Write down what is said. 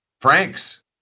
Franks